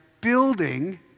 building